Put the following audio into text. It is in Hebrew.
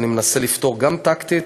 ואני מנסה לפתור גם טקטית